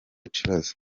kibazo